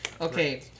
Okay